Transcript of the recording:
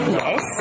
yes